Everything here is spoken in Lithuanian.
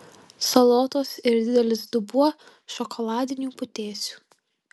salotos ir didelis dubuo šokoladinių putėsių